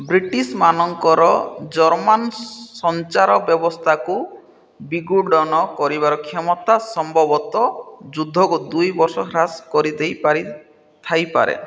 ବ୍ରିଟିଶ୍ମାନଙ୍କର German ସଞ୍ଚାରବ୍ୟବସ୍ଥାକୁ ବିଗୂଢ଼ନ କରିବାର କ୍ଷମତା ସମ୍ଭବତଃ ଯୁଦ୍ଧକୁ ଦୁଇ ବର୍ଷ ହ୍ରାସ କରିଦେଇ ଥାଇପାରେ